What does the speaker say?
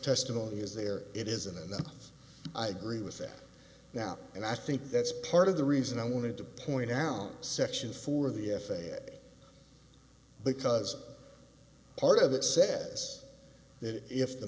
testimony is there it isn't and then i agree with that now and i think that's part of the reason i wanted to point out section four of the f a a because part of it says that if the